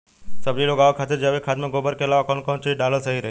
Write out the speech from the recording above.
सब्जी उगावे खातिर जैविक खाद मे गोबर के अलाव कौन कौन चीज़ डालल सही रही?